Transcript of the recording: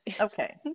okay